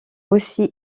aussi